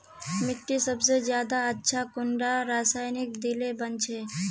मिट्टी सबसे ज्यादा अच्छा कुंडा रासायनिक दिले बन छै?